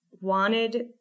wanted